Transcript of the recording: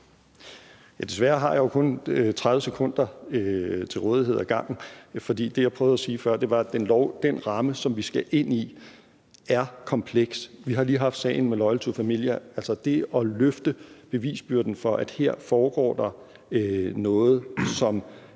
Desværre har jeg jo kun 30 sekunder til rådighed ad gangen, for det, jeg prøvede at sige før, var, at den lov, den ramme, som vi skal ind i, er kompleks. Vi har lige haft sagen med Loyal to Familia, og altså, det at løfte bevisbyrden for, at der her foregår noget, som